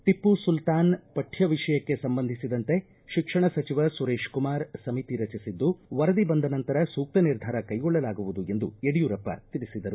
ಟಪ್ಪು ಸುಲ್ತಾನ್ ಪಠ್ಠ ವಿಷಯಕ್ಕೆ ಸಂಬಂಧಿಸಿದಂತೆ ಶಿಕ್ಷಣ ಸಚಿವ ಸುರೇಶ್ ಕುಮಾರ್ ಸಮಿತಿ ರಚಿಸಿದ್ದು ವರದಿ ಬಂದ ನಂತರ ಸೂಕ್ತ ನಿರ್ಧಾರ ಕೈಗೊಳ್ಳಲಾಗುವುದು ಎಂದು ಯಡಿಯೂರಪ್ಪ ತಿಳಿಸಿದರು